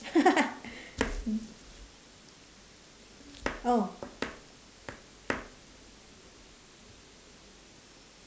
oh